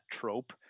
trope